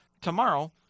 Tomorrow